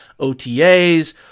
otas